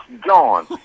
gone